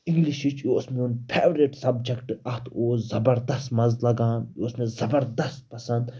اِنٛگلِشِچ یہِ اوس میون فیورِٹ سَبجَکٹ اَتھ اوس زَبردست مَزٕ لگان یہِ اوس مےٚ زَبردَست پَسنٛد